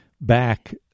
back